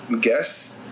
guess